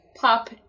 pop